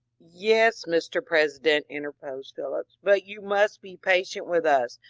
yes, mr. president, interposed phillips, but you must be patient with us,